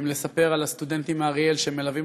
האם לספר על הסטודנטים מאריאל שמלווים